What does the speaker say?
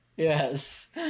Yes